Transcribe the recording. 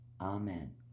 Amen